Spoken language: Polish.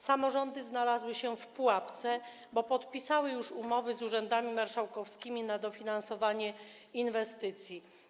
Samorządy znalazły się w pułapce, bo podpisały już umowy z urzędami marszałkowskimi na dofinansowanie inwestycji.